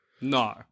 No